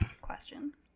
questions